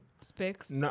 specs